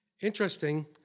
Interesting